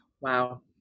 Wow